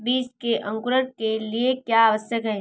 बीज के अंकुरण के लिए क्या आवश्यक है?